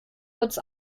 kurz